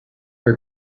her